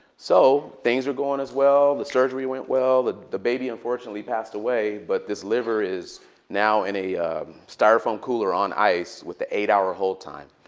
so things were going as well. the surgery went well. the the baby unfortunately passed away. but this liver is now in a styrofoam cooler on ice with the eight-hour ah hold time.